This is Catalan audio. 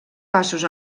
passos